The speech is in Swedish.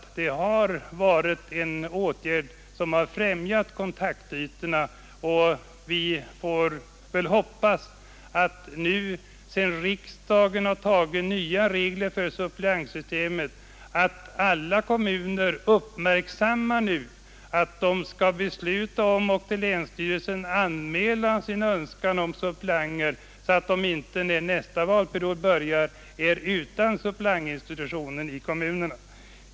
Den åtgärden har främjat kontaktytorna, och vi får väl hoppas att alla kommuner, sedan riksdagen nu har antagit nya regler för suppleantsystemet, uppmärksammar att man skall besluta om och till länsstyrelsen anmäla sin önskan om suppleanter, så att kommunen inte när nästa valperiod börjar är utan suppleantinstitution.